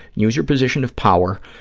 use your position of power,